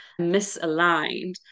misaligned